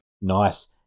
Nice